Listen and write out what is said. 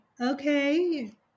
okay